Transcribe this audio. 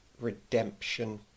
redemption